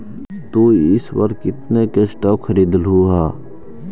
तु इस बार कितने के स्टॉक्स खरीदलु हे